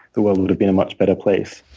the world would have been a much better place.